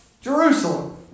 Jerusalem